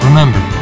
Remember